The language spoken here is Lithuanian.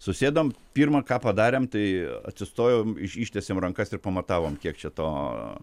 susėdom pirmą ką padarėm tai atsistojom iš ištiesėm rankas ir pamatavom kiek čia to